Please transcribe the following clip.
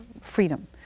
freedom